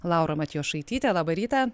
laura matjošaitytė labą rytą